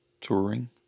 touring